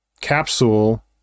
capsule